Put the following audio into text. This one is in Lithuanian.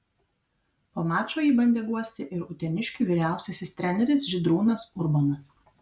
po mačo jį bandė guosti ir uteniškių vyriausiasis treneris žydrūnas urbonas